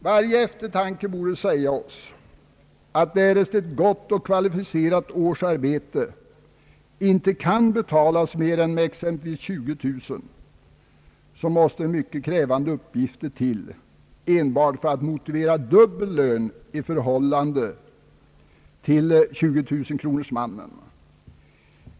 Varje eftertanke borde säga oss att därest ett gott och kvalificerat årsarbete inte kan betalas med mer än exempelvis 20000 kronor så måste mycket krävande uppgifter till enbart för att motivera den dubbla lönen.